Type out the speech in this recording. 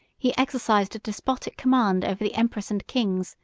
he exercised a despotic command over the emperors and kings,